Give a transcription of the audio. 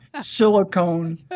silicone